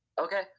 Okay